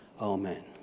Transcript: Amen